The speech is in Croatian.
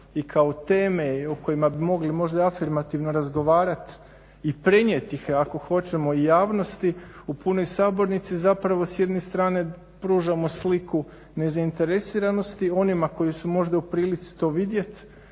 i kao teme o kojima bi mogli možda afirmativno razgovarat i prenijet ih ako hoćemo i javnosti u punoj sabornici zapravo s jedne strane pružamo sliku nezainteresiranosti onima koji su možda u prilici to vidjet